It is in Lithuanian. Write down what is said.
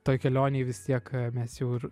toj kelionėj vis tiek mes jau ir